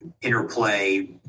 interplay